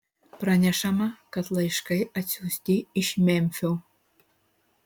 pranešama kad laiškai atsiųsti iš memfio